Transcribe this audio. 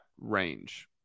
range